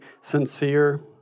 sincere